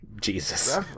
Jesus